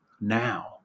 now